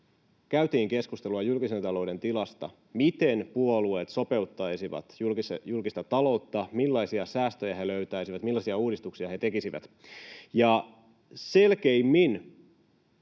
käytiin keskustelua julkisen talouden tilasta ja siitä, miten puolueet sopeuttaisivat julkista taloutta, millaisia säästöjä he löytäisivät, millaisia uudistuksia he tekisivät. Selkeimmin